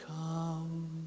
come